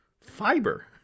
fiber